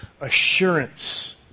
assurance